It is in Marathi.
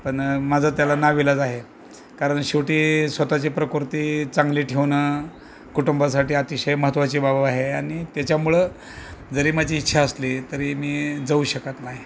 पण माझं त्याला नाईलाज आहे कारण शेवटी स्वत ची प्रकृती चांगली ठेवणं कुटुंबासाठी अतिशय महत्त्वाची बाब आहे आणि त्याच्यामुळं जरी माझी इच्छा असली तरी मी जाऊ शकत नाही